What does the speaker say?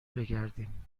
بگردیم